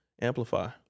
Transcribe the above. amplify